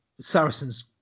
Saracens